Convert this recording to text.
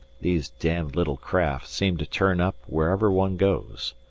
these damned little craft seem to turn up wherever one goes.